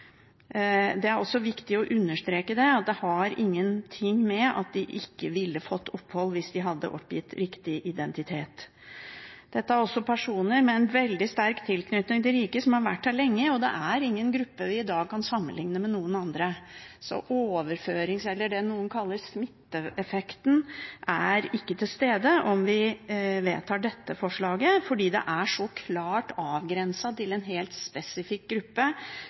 det er det også viktig å understreke. Det har ingenting å gjøre med at de ikke ville fått opphold hvis de hadde oppgitt riktig identitet. Dette er personer med en veldig sterk tilknytning til riket, som har vært her lenge. Det er ingen gruppe vi i dag kan sammenligne dem med, så det noen kaller «smitteeffekten», er ikke til stede om vi vedtar dette forslaget, fordi det er så klart avgrenset til en helt spesifikk gruppe